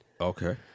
Okay